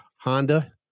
Honda